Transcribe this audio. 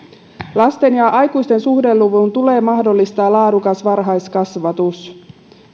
lasten ja aikuisten suhdeluvun tulee mahdollistaa laadukas varhaiskasvatus